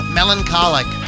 melancholic